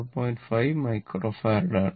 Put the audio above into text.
5 microfarad ആണ്